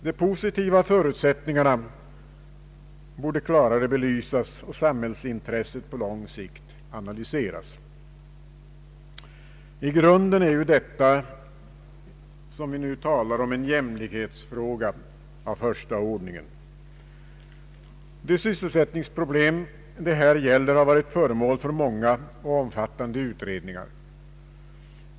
De positiva förutsättningarna borde klarare belysas och samhällsintresset på lång sikt analyseras. I grunden är ju detta som vi nu talar om en jämlikhetsfråga av första ordningen. De sysselsättningsproblem det här gäller har varit föremål för många och omfattande utredningar.